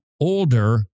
older